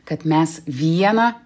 kad mes vieną